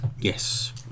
Yes